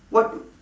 what